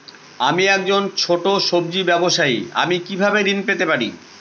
আমি একজন ছোট সব্জি ব্যবসায়ী আমি কিভাবে ঋণ পেতে পারি?